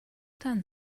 turn